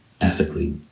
ethically